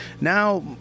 Now